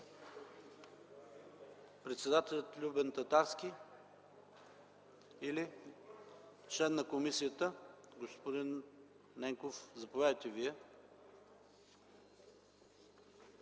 председателят Любен Татарски или член на комисията? Господин Ненков, заповядайте.